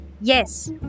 Yes